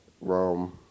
Rome